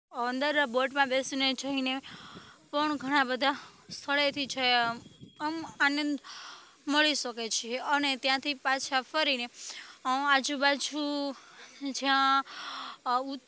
અંદર બોટમાં બેસીને જઈને પણ ઘણાં બધાં સ્થળેથી જે આમ આનંદ મળી શકે છે અને ત્યાંથી પાછા ફરીને આજુબાજુ જ્યાં હું